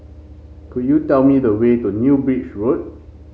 could you tell me the way to New Road